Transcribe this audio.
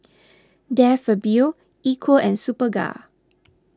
De Fabio Equal and Superga